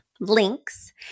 links